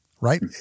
right